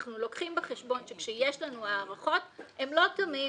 אנחנו לוקחים בחשבון שכשיש לנו הערכות, הן לא תמיד